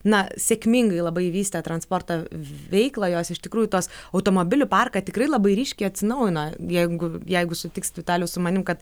na sėkmingai labai vystė transporto veiklą jos iš tikrųjų tos automobilių parką tikrai labai ryškiai atsinaujina jeigu jeigu sutiks vitalijus su manim kad